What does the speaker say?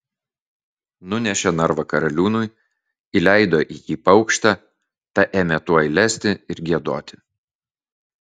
nunešė narvą karaliūnui įleido į jį paukštę ta ėmė tuoj lesti ir giedoti